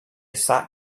sat